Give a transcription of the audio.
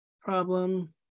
problem